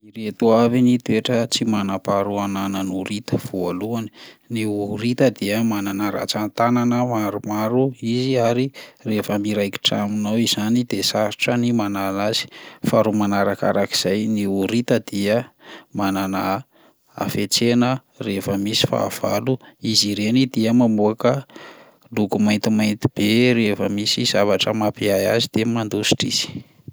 Ireto avy ny toetra tsy manam-paharoa ananan'ny horita: voalohany, ny horita dia manana rantsan-tanana maromaro izy ary rehefa miraikitra aminao izany de sarotra ny manala azy; faharoa manarakarak'izay ny horita dia manana hafetsena rehefa misy fahavalo, izy ireny dia mamoaka loko maintimainty be rehefa misy zavatra mampiahiahy azy de mandositra izy.